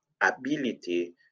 ability